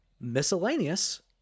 Miscellaneous